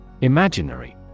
Imaginary